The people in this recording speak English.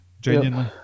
Genuinely